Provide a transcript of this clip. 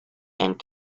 and